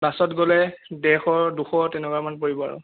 বাছত গ'লে ডেৰশ দুশ তেনকুৱা মান পৰিব আৰু